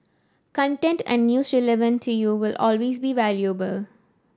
content and news relevant to you will always be valuable